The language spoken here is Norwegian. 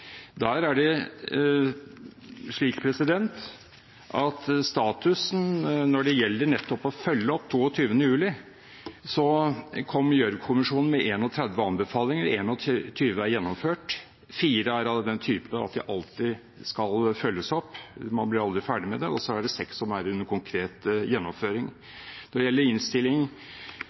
Der er det slik at statusen når det gjelder nettopp å følge opp 22. juli, så kom Gjørv-kommisjonen med 31 anbefalinger. 21 er gjennomført, 4 er av den type at de alltid skal følges opp, man blir aldri ferdig med det, og så er det 6 som er under konkret gjennomføring. Når det gjelder